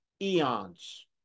eons